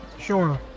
Sure